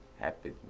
Happy